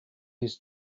his